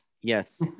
Yes